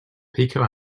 pico